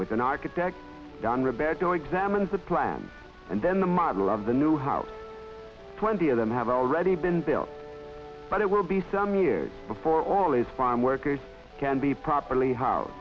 with an architect done roberto examines the plan and then the model of the new house twenty of them have already been built but it will be some years before all is farm workers can be properly how